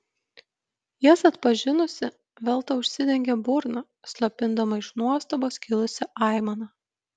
jas atpažinusi velta užsidengė burną slopindama iš nuostabos kilusią aimaną